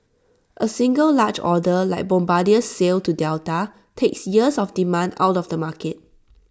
A single large order like Bombardier's sale to Delta takes years of demand out of the market